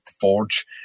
Forge